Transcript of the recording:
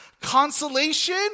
consolation